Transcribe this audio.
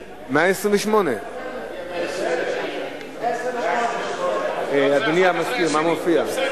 128. מופיע 129. אדוני המזכיר, מה מופיע?